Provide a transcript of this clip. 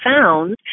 found